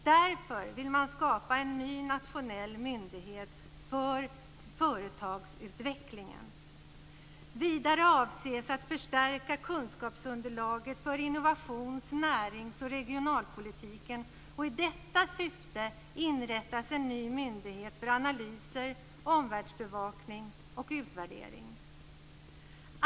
Därför vill man skapa en ny nationell myndighet för företagsutveckling. Vidare ska kunskapsunderlaget för innovations-, närings och regionalpolitiken förstärkas. I detta syfte inrättas en ny myndighet för analyser, omvärldsbevakning och utvärdering.